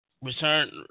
return